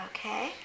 Okay